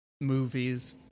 movies